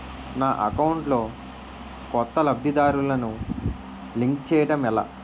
నా అకౌంట్ లో కొత్త లబ్ధిదారులను లింక్ చేయటం ఎలా?